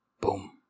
Boom